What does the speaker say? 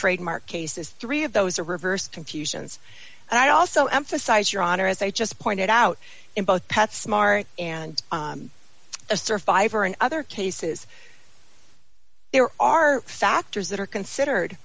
trademark cases three of those are reversed confusions and i also emphasize your honor as i just pointed out in both pet smart and a survivor and other cases there are factors that are considered